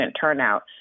turnout